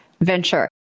venture